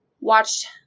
watched